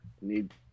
need